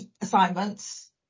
assignments